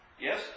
Yes